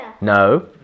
No